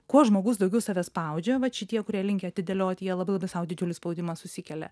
kuo žmogus daugiau save spaudžia vat šitie kurie linkę atidėlioti jie labai labai sau didžiulį spaudimą susikelia